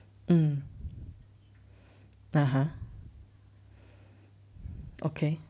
mm (uh huh) okay